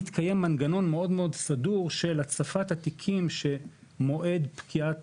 מתקיים גם מנגנון מאוד סדור של הצפת התיקים שמועד פקיעת